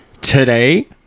Today